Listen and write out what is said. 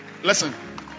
Listen